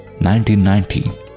1990